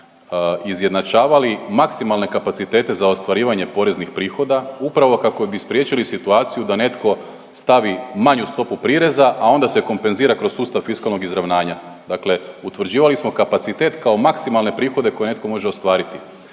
izjednačavali maksimalne kapacitete za ostvarivanje poreznih prihoda upravo kako bi spriječili situaciju da netko stavi manju stopu prireza, a onda se kompenzira kroz sustav fiskalnog izravnanja. Dakle, utvrđivali smo kapacitet kao maksimalne prihode koje netko može ostvariti.